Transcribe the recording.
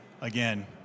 again